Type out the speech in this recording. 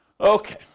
Okay